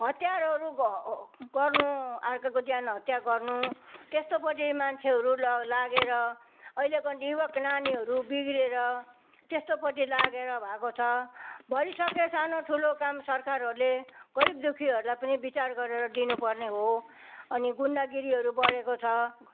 हतियारहरू ग पर्नु अर्काको ज्यान हत्या गर्नु त्यस्तोपट्टि मान्छेहरू ल लागेर अहिलेको युवक नानीहरू बिग्रेर त्यस्तोपट्टि लागेर भएको छ भरिसक्के सानो ठुलो काम सरखारहरूले गरिबदुखीहरूलाई पनि बिचार गरेर दिनुपर्ने हो अनि गुन्डागिरीहरू बढेको छ